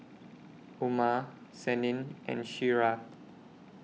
Umar Senin and Syirah